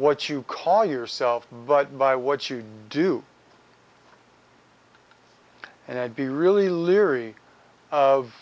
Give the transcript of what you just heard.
what you call yourself but by what you do and i'd be really leery of